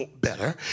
better